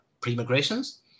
pre-migrations